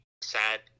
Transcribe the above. sad